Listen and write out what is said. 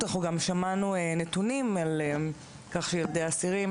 גם שמענו נתונים על כך שילדי אסירים